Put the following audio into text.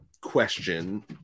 question